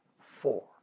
Four